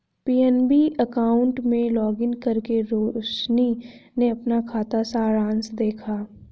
PNB account में login करके रोशनी ने अपना खाता सारांश देखा